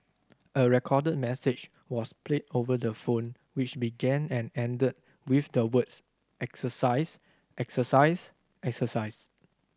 a recorded message was played over the phone which began and ended with the words exercise exercise exercise